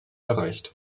erreicht